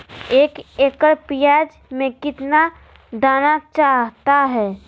एक एकड़ प्याज में कितना दाना चाहता है?